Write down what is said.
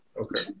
Okay